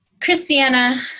Christiana